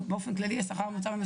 לא, באופן כללי השכר הממוצע במשק.